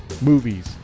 movies